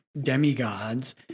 demigods